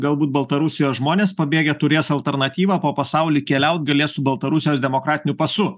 galbūt baltarusijos žmonės pabėgę turės alternatyvą po pasaulį keliaut galės su baltarusijos demokratiniu pasu